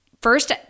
first